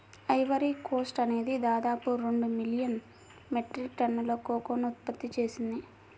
Ivory Coast అనేది దాదాపు రెండు మిలియన్ మెట్రిక్ టన్నుల కోకోను ఉత్పత్తి చేసింది